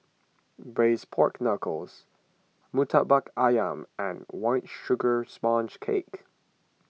Braised Pork Knuckles Murtabak Ayam and White Sugar Sponge Cake